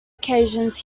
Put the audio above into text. occasions